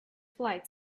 flight